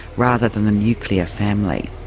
rather than the nuclear family.